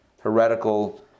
heretical